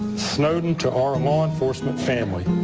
so and to our law enforcement family.